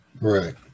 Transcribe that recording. Right